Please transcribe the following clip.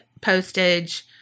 postage